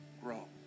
grow